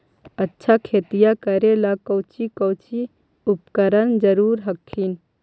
अच्छा खेतिया करे ला कौची कौची उपकरण जरूरी हखिन?